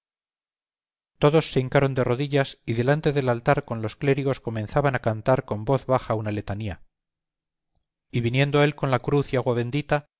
todos se hincaron de rodillas y delante del altar con los clérigos comenzaban a cantar con voz baja una letanía y viniendo él con la cruz y agua bendita